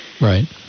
Right